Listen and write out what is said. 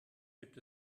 gibt